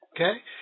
Okay